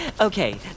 Okay